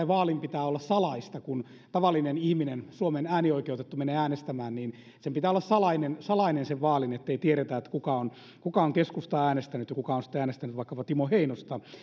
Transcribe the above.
vaalin pitää olla salaista kun tavallinen ihminen suomen äänioikeutettu menee äänestämään sen vaalin pitää olla salainen salainen ettei tiedetä kuka on keskustaa äänestänyt ja kuka on sitten äänestänyt vaikkapa timo heinosta